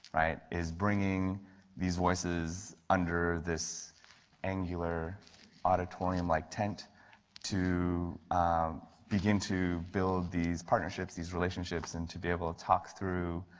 right, is bringing these voices under this angular auditorium like tent to begin to build these partnerships, these relationships and to be able to talk through